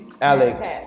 Alex